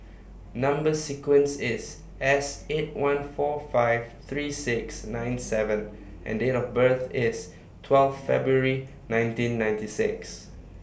Number sequence IS S eight one four five three six nine seven and Date of birth IS twelve February nineteen ninety six